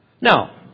Now